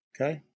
okay